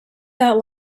that